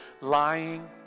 lying